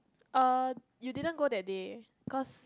err you didn't go that day cause